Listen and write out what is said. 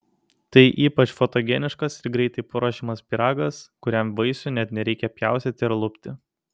tai ypač fotogeniškas ir greitai paruošiamas pyragas kuriam vaisių net nereikia pjaustyti ar lupti